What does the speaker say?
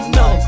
no